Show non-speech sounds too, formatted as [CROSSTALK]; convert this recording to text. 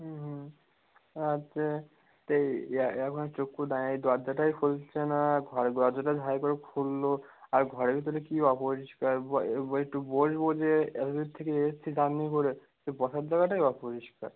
হুম হুম আর যে তেই এখন [UNINTELLIGIBLE] দরজাটাই খুলছে না আর ঘরে দরজাটা ধাঁই করে খুললো আর ঘরের ভিতরে কী অপরিষ্কার একটু বসবো যে এত দূর থেকে এসেছি জার্নি করে তা বসার জায়গাটাই অপরিষ্কার